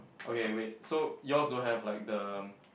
okay wait so yours don't have like the